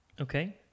Okay